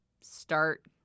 start